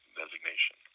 designation